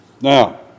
Now